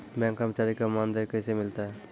Bank कर्मचारी का मानदेय कैसे मिलता हैं?